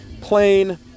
Plain